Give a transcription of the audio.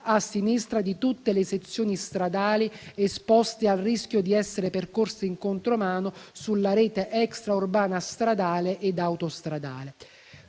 a sinistra di tutte le sezioni stradali esposte al rischio di essere percorse in contromano sulla rete extra urbana stradale e autostradale.